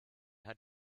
hat